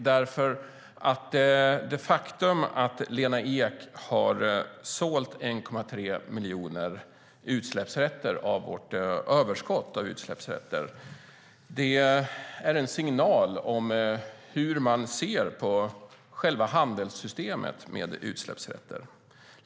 Det faktum att Lena Ek har sålt 1,3 miljoner utsläppsrätter av vårt överskott är en signal om hur man ser på själva systemet med handel med utsläppsrätter.